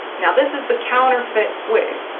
now this is the counterfeit wig,